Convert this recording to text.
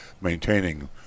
maintaining